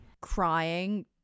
crying